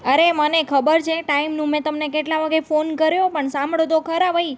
અરે મને ખબર છે ટાઈમનું મેં તમને કેટલા વાગ્યે ફોન કર્યો પણ સાંભળો તો ખરા ભાઈ